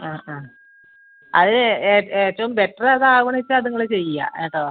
ആ ആ അത് ഏ ഏറ്റവും ബെറ്റർ ഏതാണ് വെച്ചാൽ അത് നിങ്ങൾ ചെയ്യുക കേട്ടോ